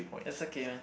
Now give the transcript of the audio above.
it's okay man